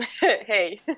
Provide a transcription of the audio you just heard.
hey